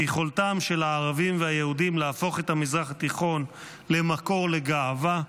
ביכולתם של הערבים והיהודים להפוך את המזרח התיכון למקור לגאווה,